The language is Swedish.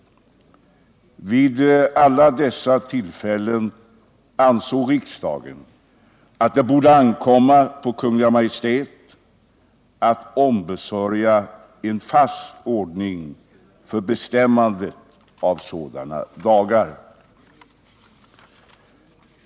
Vid alla dessa tillfällen ansåg riksdagen att det borde ankomma på Kungl. Maj:t att ombesörja en fast ordning för bestämmande av sådana dagar.